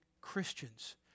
Christians